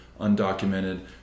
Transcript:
undocumented